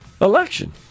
election